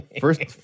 First